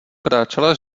kráčela